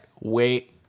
Wait